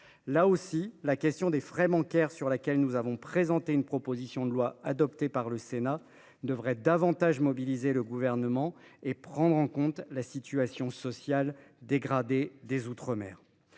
Là aussi, la question des frais bancaires, sur laquelle nous avons présenté une proposition de loi adoptée par le Sénat, devrait davantage mobiliser le Gouvernement et prendre en compte la situation sociale dégradée des outre mer.